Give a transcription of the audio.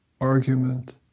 argument